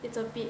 it's a bit